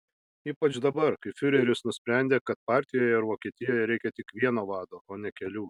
ypač dabar kai fiureris nusprendė kad partijoje ir vokietijoje reikia tik vieno vado o ne kelių